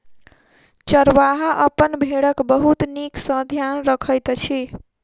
चरवाहा अपन भेड़क बहुत नीक सॅ ध्यान रखैत अछि